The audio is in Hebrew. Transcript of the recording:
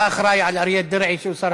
אתה אחראי לאריה דרעי, שהוא שר הפנים?